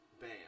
Bam